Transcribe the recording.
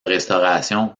restauration